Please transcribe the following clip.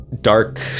dark